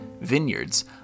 vineyards